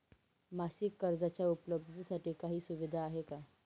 मासिक कर्जाच्या उपलब्धतेसाठी काही सुविधा आहे का?